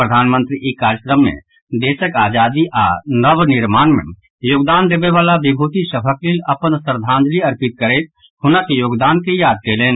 प्रधानमंत्री ई कार्यक्रम मे देशक आजादी आओर नवनिर्माण मे योगदान देबयवला विभूति सभक लेल अपन श्रद्धांजलि अर्पित करैत हुनक योगदान के याद कयलनि